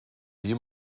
you